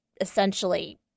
essentially